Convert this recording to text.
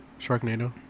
Sharknado